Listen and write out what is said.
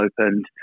opened